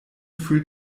fühlt